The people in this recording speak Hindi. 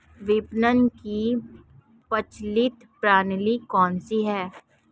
विपणन की प्रचलित प्रणाली कौनसी है?